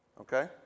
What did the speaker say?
okay